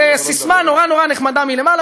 זה ססמה נורא נורא נחמדה מלמעלה,